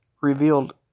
revealed